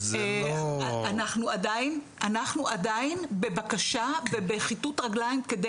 אנחנו עדיין בבקשה ובחיטוט רגליים כדי